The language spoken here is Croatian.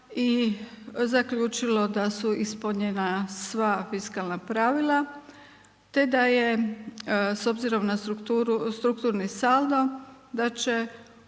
i zaključilo da su ispunjena sva fiskalna pravila te da je s obzirom na strukturni saldo da će